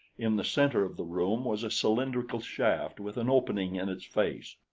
in the center of the room was a cylindrical shaft with an opening in its face.